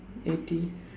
eighty